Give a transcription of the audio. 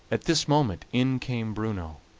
at this moment in came bruno.